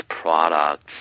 products